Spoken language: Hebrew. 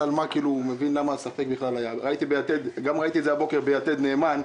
גם ראיתי את זה הבוקר ביתד נאמן.